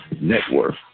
Network